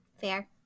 Fair